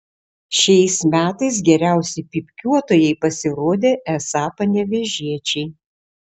šiais metais geriausi pypkiuotojai pasirodė esą panevėžiečiai